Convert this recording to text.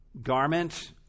garment